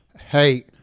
Hey